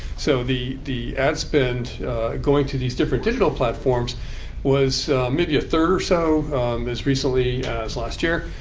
so the the ad spend going to these different digital platforms was maybe a third or so as recently as last year.